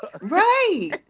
Right